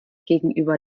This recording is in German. gegenüber